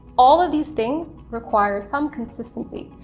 all of these things require some consistency,